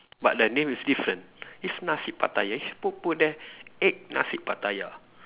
but the name is different it's Nasi Pattaya it's put put there egg Nasi Pattaya